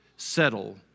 Settle